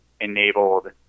enabled